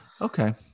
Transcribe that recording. Okay